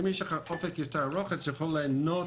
ואם יש לך אופק יותר ארוך אתה יכול ליהנות